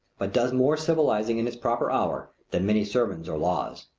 but does more civilizing in its proper hour than many sermons or laws.